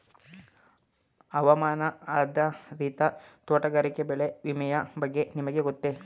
ಹವಾಮಾನ ಆಧಾರಿತ ತೋಟಗಾರಿಕೆ ಬೆಳೆ ವಿಮೆಯ ಬಗ್ಗೆ ನಿಮಗೆ ಗೊತ್ತೇ?